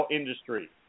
industry